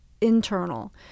internal